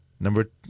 Number